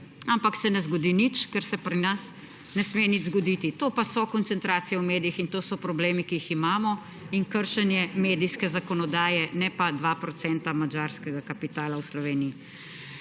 ampak se ne zgodi nič, ker se pri nas ne sme nič zgoditi. To pa so koncentracije v medijih in to so problemi, ki jih imamo, in kršenje medijske zakonodaje, ne pa 2 % madžarskega kapitala v Sloveniji.